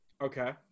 okay